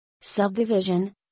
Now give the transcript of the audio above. Subdivision